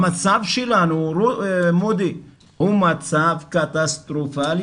המצב שלנו הוא מצב קטסטרופלי.